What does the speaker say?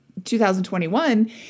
2021